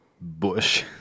bush